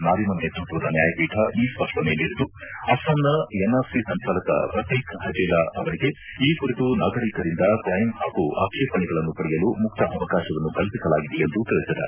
ನಾರಿಮನ್ ನೇತೃತ್ವದ ನ್ಯಾಯಪೀಠ ಈ ಸ್ಪಷ್ಟನೆ ನೀಡಿದ್ದು ಅಸ್ಸಾಂನ ಎನ್ಆರ್ಸಿ ಸಂಚಾಲಕ ಪ್ರತೀಕ್ ಹಜೇಲಾ ಅವರಿಗೆ ಈ ಕುರಿತು ನಾಗರೀಕರಿಂದ ಕ್ಲೈಮ್ ಹಾಗೂ ಆಕ್ಷೇಪಣೆಗಳನ್ನು ಪಡೆಯಲು ಮುಕ್ತ ಅವಕಾಶವನ್ನು ಕಲ್ಪಿಸಲಾಗಿದೆ ಎಂದು ತಿಳಿಸಿದೆ